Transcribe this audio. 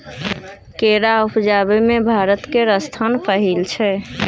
केरा उपजाबै मे भारत केर स्थान पहिल छै